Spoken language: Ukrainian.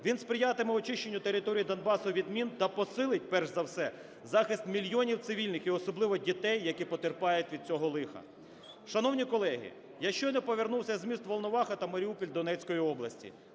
Він сприятиме очищенню території Донбасу від мін та посилить, перш за все, захист мільйонів цивільних і особливо дітей, які потерпають від цього лиха. Шановні колеги, я щойно повернувся з міст Волноваха та Маріуполь Донецької області.